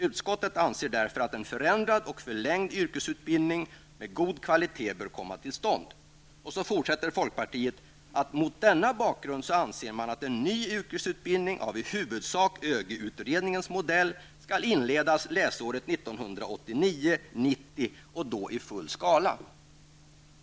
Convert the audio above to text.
Utskottet anser därför att en förändrad och förlängd yrkesutbildning med god kvalitet bör komma till stånd.'' Vidare skriver folkpartiet i samma reservation: ''Mot denna bakgrund anser utskottet att en ny yrkesutbildning av i huvudsak ÖGY-utredningens modell skall inledas läsåret 1989/90 och då i full skala --.''